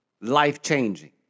life-changing